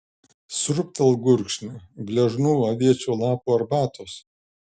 sriūbtelk gurkšnį gležnų aviečių lapų arbatos